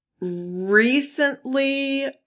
recently